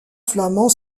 flamand